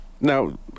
Now